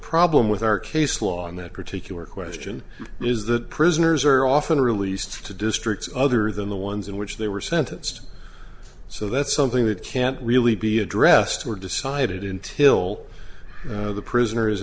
problem with our case law on that particular question is that prisoners are often released to districts other than the ones in which they were sentenced so that's something that can't really be addressed were decided until the prisoners